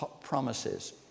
promises